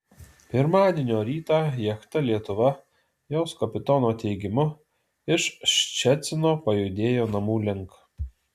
pirmadienio rytą jachta lietuva jos kapitono teigimu iš ščecino pajudėjo namų link